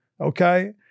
Okay